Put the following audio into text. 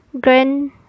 grand